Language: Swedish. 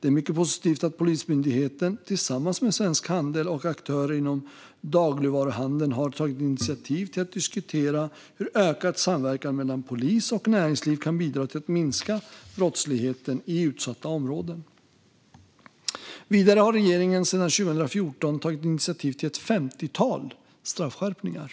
Det är mycket positivt att Polismyndigheten tillsammans med Svensk Handel och aktörer inom dagligvaruhandeln har tagit initiativ till att diskutera hur ökad samverkan mellan polis och näringsliv kan bidra till att minska brottsligheten i utsatta områden. Vidare har regeringen sedan 2014 tagit initiativ till ett femtiotal straffskärpningar.